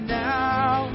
now